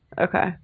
Okay